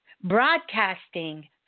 broadcasting